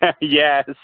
Yes